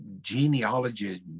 genealogy